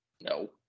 no